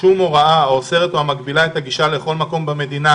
"שום הוראה האוסרת או המגבילה את הגישה לכל מקום במדינה,